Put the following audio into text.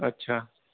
اچھا